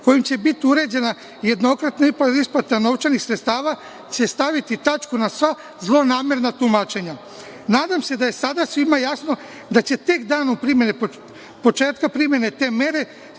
kojim će biti uređena jednokratna isplata novčanih sredstava će staviti tačku na sva zlonamerna tumačenja. Nadam se da je sada svima jasno, da će tek danom početka primene te mere